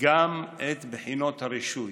גם את בחינות הרישוי.